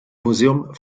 museum